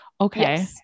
Okay